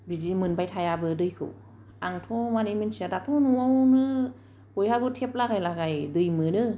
बिदि मोनबाय थायाबो दैखौ आंथ' मानि मिनथिया दाथ' न'आवनो बायहाबो टेप लागाय लागाय दै मोनो